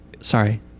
sorry